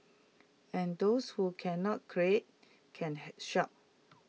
and those who cannot create can shop